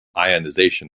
ionization